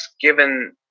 given